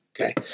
Okay